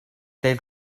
del